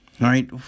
Right